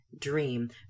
dream